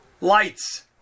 lights